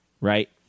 right